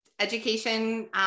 education